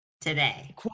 today